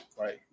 right